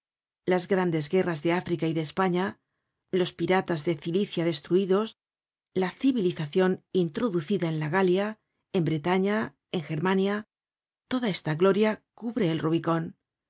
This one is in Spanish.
las grandes guerras de africa y de españa los piratas de cilicia destruidos la civilizacion introducida en la galia en bretaña en germania toda esta gloria cubre el rubicon